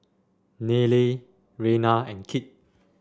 Nayely Reyna and Kit